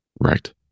Right